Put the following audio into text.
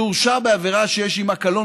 שהורשע בעבירה שיש עימה קלון,